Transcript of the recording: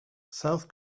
south